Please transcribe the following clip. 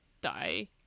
die